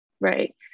right